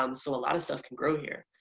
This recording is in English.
um so a lot of stuff can grow here.